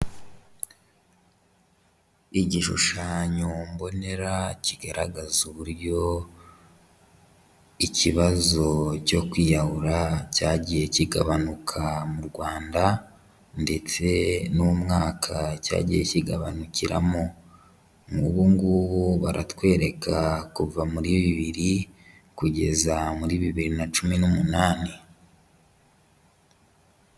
Igishushanyo mbonera kigaragaza uburyo ikibazo cyo kwiyahura cyagiye kigabanuka mu Rwanda ndetse n'umwaka cyagiye kigabanukiramo, nk'ubu ngubu baratwereka kuva muri bibiri kugeza muri bibiri na cumi n'umunani.